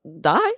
die